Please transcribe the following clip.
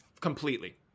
Completely